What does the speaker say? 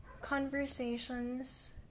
conversations